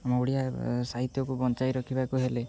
ଆମ ଓଡ଼ିଆ ସାହିତ୍ୟକୁ ବଞ୍ଚାଇ ରଖିବାକୁ ହେଲେ